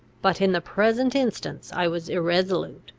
but in the present instance i was irresolute,